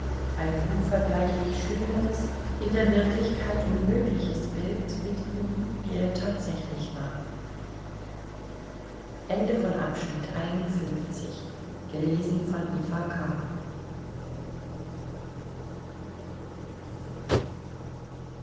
ein unvergleichlich schöneres in der wirklichkeit unmögliches bild mit ihm wie er tatsächlich war